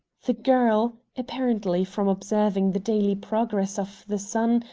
the girl, apparently from observing the daily progress of the sun,